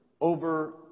over